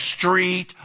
street